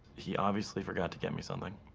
he obviously forgot to get me something.